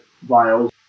vials